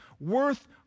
worth